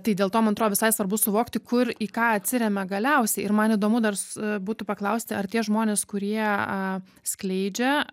tai dėl to man atrodo visai svarbu suvokti kur į ką atsiremia galiausiai ir man įdomu dar būtų paklausti ar tie žmonės kurie skleidžia